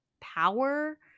power